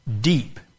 deep